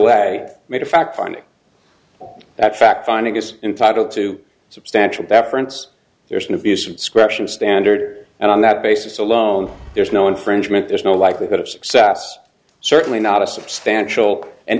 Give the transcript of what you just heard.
i made a fact finding that fact finding is entitled to substantial that prince there's an abuse of discretion standard and on that basis alone there's no infringement there's no likelihood of success certainly not a substantial and